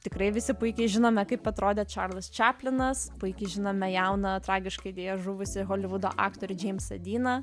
tikrai visi puikiai žinome kaip atrodė čarlzas čaplinas puikiai žinome jauną tragiškai deja žuvusį holivudo aktorių džeimsą dyną